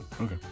Okay